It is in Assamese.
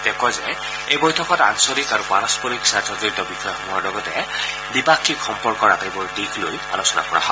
তেওঁ কয় যে এই বৈঠকত আঞ্চলিক আৰু পাৰস্পৰিক স্বাৰ্থজড়িত বিষয়সমূহৰ লগতে দ্বিপাক্ষিক সম্পৰ্কৰ আটাইবোৰ দিশ লৈ আলোচনা কৰা হয়